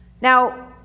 Now